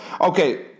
okay